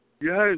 Yes